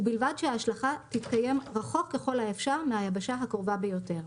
ובלבד שההשלכה תתקיים רחוק ככל האפשר מהיבשה הקרובה ביותר,